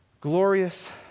glorious